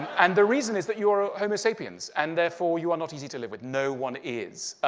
and the reason is that you're ah homo sapiens and, therefore, you are not easy to live with. no one is.